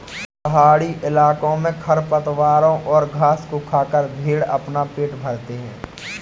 पहाड़ी इलाकों में खरपतवारों और घास को खाकर भेंड़ अपना पेट भरते हैं